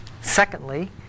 Secondly